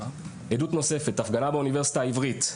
הפגנה באונ' העברית,